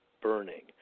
burning